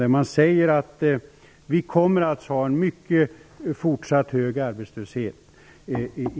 Det sägs att vi fortsatt kommer att ha en mycket hög arbetslöshet i